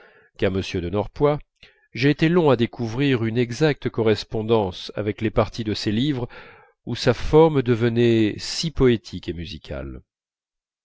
qu'à m de norpois j'ai été long à découvrir une exacte correspondance avec les parties de ses livres où sa forme devenait si poétique et musicale